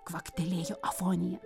kvaktelėjo afonija